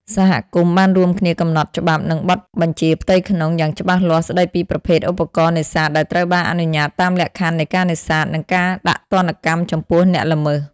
សហគមន៍បានរួមគ្នាកំណត់ច្បាប់ និងបទបញ្ជាផ្ទៃក្នុង យ៉ាងច្បាស់លាស់ស្ដីពីប្រភេទឧបករណ៍នេសាទដែលត្រូវបានអនុញ្ញាតតាមលក្ខខណ្ឌនៃការនេសាទ និងការដាក់ទណ្ឌកម្មចំពោះអ្នកល្មើស។